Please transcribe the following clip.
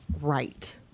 right